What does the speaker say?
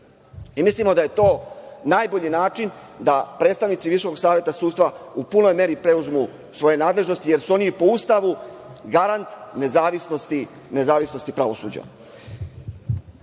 Mislimo da je to najbolji način da predstavnici Visokog saveta sudstva u punoj meri preuzmu svoje nadležnosti jer su oni, po Ustavu, garant nezavisnosti pravosuđa. Zaista,